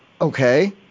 Okay